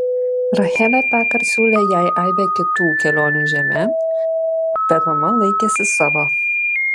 rachelė tąkart siūlė jai aibę kitų kelionių žeme bet mama laikėsi savo